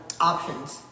options